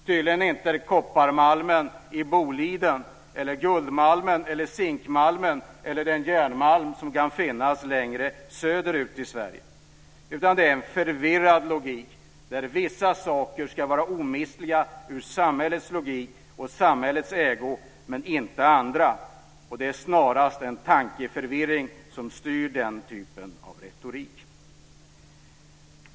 Tydligen är det inte kopparmalmen i Boliden eller guldmalmen och zinkmalmen eller järnmalmen som kan finnas längre söderut i Det är en förvirrad logik där vissa saker ska vara omistliga ur samhällets synpunkt och i samhällets ägo men inte andra. Det är snarast en tankeförvirring som styr den typen av retorik.